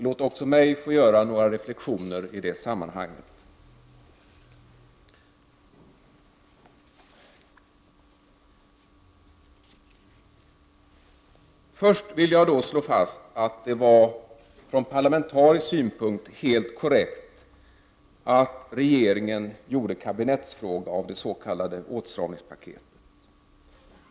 Låt även mig få göra några reflexioner i det sammanhanget. Först vill jag slå fast att det från parlamentarisk synpunkt var helt korrekt att regeringen gjorde kabinettsfråga av det s.k. åtstramningspaketet.